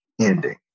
ending